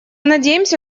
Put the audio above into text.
надеемся